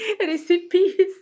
recipes